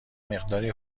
مقداری